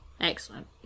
Excellent